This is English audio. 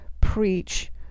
preach